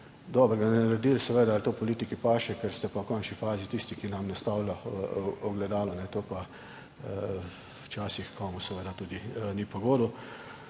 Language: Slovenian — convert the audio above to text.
dobrega naredili. Seveda, ali pa to politiki paše, ker ste pa v končni fazi tisti, ki nam nastavlja ogledalo, to pa včasih komu seveda tudi ni po godu.